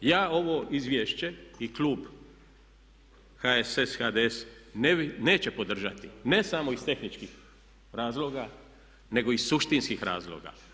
I zato ja ovo izvješće i klub HSS, HDZ neće podržati ne samo iz tehničkih razloga, nego i iz suštinskih razloga.